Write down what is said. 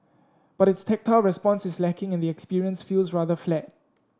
but its tactile response is lacking and the experience feels rather flat